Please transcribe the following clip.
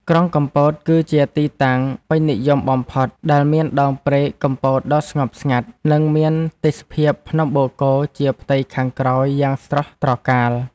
ក្រុងកំពតគឺជាទីតាំងពេញនិយមបំផុត ដែលមានដងព្រែកកំពតដ៏ស្ងប់ស្ងាត់ និងមានទេសភាពភ្នំបូកគោជាផ្ទៃខាងក្រោយយ៉ាងស្រស់ត្រកាល។